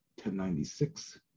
1096